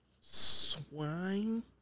Swine